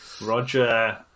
Roger